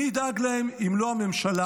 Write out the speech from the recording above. מי ידאג להם, אם לא הממשלה?